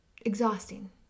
exhausting